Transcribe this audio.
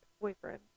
boyfriend